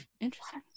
Interesting